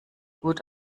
gut